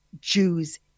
Jews